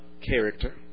character